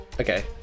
Okay